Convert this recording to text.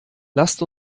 lasst